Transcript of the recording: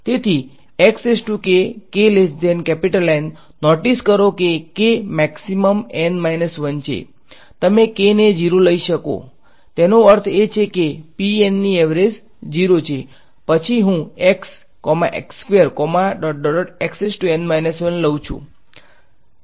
તેથી નોટીસ કરો કે k મેક્ષીમમ N 1 છે તમે k ને 0 લઈ શકો તેનો અર્થ એ કે ની એવરેજ 0 છે પછી હું લઉં છું